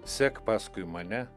sek paskui mane